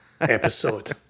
episode